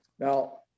Now